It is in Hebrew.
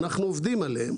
ואנחנו עובדים עליהם,